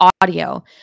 audio